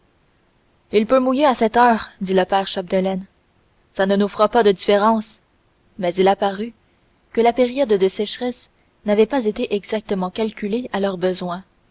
il peut mouiller à cette heure dit le père chapdelaine ça ne nous fera pas de différence mais il apparut que la période de sécheresse n'avait pas été exactement calculée à leurs besoins